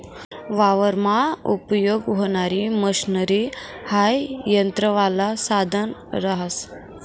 वावरमा उपयेग व्हणारी मशनरी हाई यंत्रवालं साधन रहास